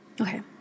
Okay